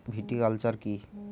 Viticulture কী?